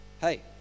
hey